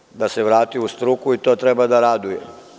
Konačno da se vrati u struku i to treba da raduje.